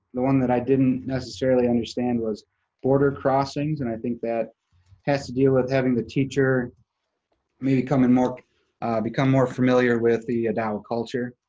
the one that i didn't necessarily understand was border crossings, and i think that has to do with having the teacher maybe become and more become more familiar with the odawa culture